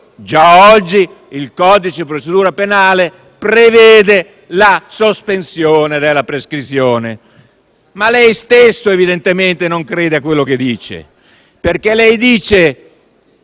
già oggi il codice di procedura penale prevede la sospensione della prescrizione. Ma lei stesso, evidentemente, non crede a quello che dice infatti dice